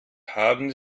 haben